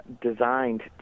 designed